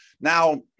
Now